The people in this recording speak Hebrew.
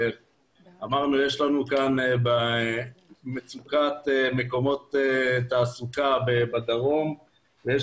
אמרנו שיש לנו כאן מצוקת מקומות תעסוקה בדרום ויש